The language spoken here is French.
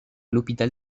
l’hôpital